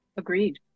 agreed